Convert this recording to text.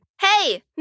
Hey